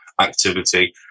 activity